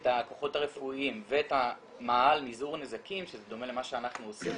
את הכוחות הרפואיים ואת המאהל למזעור נזקים שזה דומה למה שאנחנו עושים,